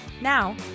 Now